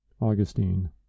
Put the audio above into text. Augustine